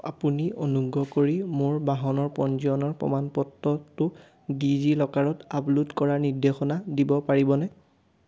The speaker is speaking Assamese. আপুনি অনুগ্ৰহ কৰি মোৰ বাহনৰ পঞ্জীয়নৰ প্ৰমাণপত্ৰটো ডিজিলকাৰত আপলোড কৰাৰ নিৰ্দেশনা দিব পাৰিবনে